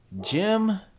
Jim